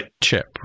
chip